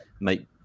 make